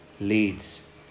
Leads